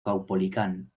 caupolicán